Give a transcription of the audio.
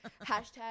Hashtag